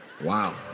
Wow